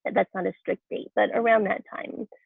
that's not a strict date but around that time.